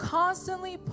constantly